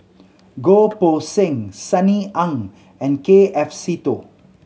Goh Poh Seng Sunny Ang and K F Seetoh